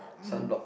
sun block